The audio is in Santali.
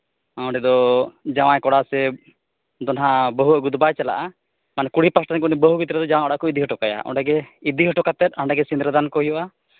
ᱚᱸᱰᱮ ᱫᱚ ᱡᱟᱶᱟᱭ ᱠᱚᱲᱟ ᱥᱮ ᱫᱚ ᱱᱟᱜ ᱵᱟᱹᱦᱩ ᱟᱹᱜᱩ ᱫᱚ ᱵᱟᱭ ᱪᱟᱞᱟᱜᱼᱟ ᱢᱟᱱᱮ ᱠᱩᱲᱤ ᱯᱟᱥᱴᱟ ᱨᱮᱱ ᱩᱱᱤ ᱵᱟᱹᱦᱩ ᱜᱤᱫᱽᱨᱟᱹ ᱡᱟᱶᱟᱭ ᱚᱲᱟᱜ ᱠᱚ ᱤᱫᱤ ᱦᱚᱴᱚ ᱠᱟᱭᱟ ᱚᱸᱰᱮ ᱜᱮ ᱤᱫᱤ ᱦᱚᱴᱚ ᱠᱟᱛᱮᱫ ᱚᱸᱰᱮ ᱜᱮ ᱥᱤᱸᱫᱽᱨᱟᱹ ᱫᱟᱱ ᱠᱚ ᱦᱩᱭᱩᱜᱼᱟ